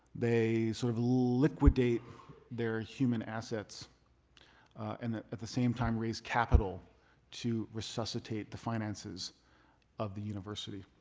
they sort of liquidate their human assets and at the same time, raise capital to resuscitate the finances of the university.